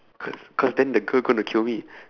cause cause then the girl gonna kill me